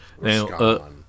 Now